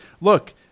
look